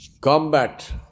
combat